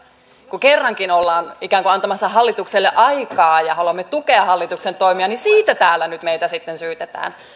kun kerrankin ollaan ikään kuin antamassa hallitukselle aikaa ja haluamme tukea hallituksen toimia niin siitä täällä nyt meitä sitten syytetään